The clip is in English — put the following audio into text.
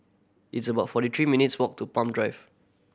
it's about forty three minutes' walk to Palm Drive